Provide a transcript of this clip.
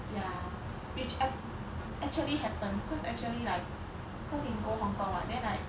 ya which a~ actually happen cause actually like cause we go hong-kong mah then like